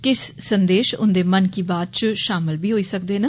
किश संदेश उन्दे 'मन की बात' च शामल बी होई सकदे न